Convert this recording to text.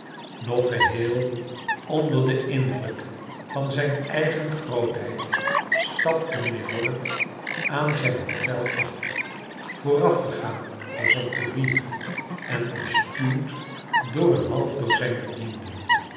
nog geheel onder den indruk van zijn eigen grootheid stapte mijnheer dorrit aan zijn hotel af voorafgegaan door zijn koerier en omstuwd door een naif dozijn bedienden